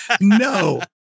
No